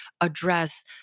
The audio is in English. address